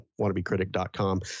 wannabecritic.com